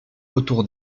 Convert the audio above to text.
autour